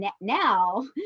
now